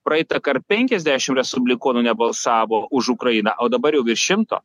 praeitą kart penkiasdešim respublikonų nebalsavo už ukrainą o dabar jau virš šimto